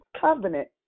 covenant